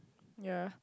yea